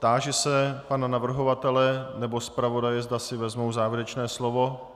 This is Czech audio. Táži se pana navrhovatele nebo zpravodaje, zda si vezmou závěrečné slovo.